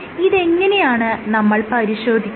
ഇതെങ്ങനെയാണ് നമ്മൾ പരിശോധിക്കുക